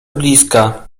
bliska